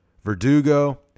Verdugo